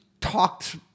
talked